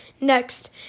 Next